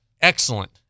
excellent